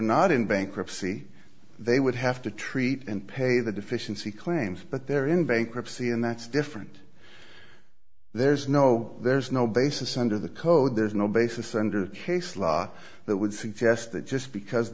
not in bankruptcy they would have to treat and pay the deficiency claims but they're in bankruptcy and that's different there's no there's no basis under the code there's no basis under case law that would suggest that just because